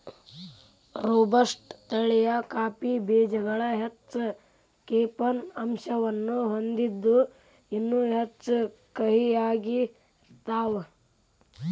robusta ತಳಿಯ coffee ಬೇಜಗಳು ಹೆಚ್ಚ ಕೆಫೇನ್ ಅಂಶವನ್ನ ಹೊಂದಿದ್ದು ಇನ್ನೂ ಹೆಚ್ಚು ಕಹಿಯಾಗಿರ್ತಾವ